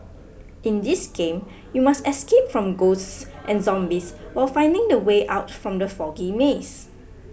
in this game you must escape from ghosts and zombies while finding the way out from the foggy maze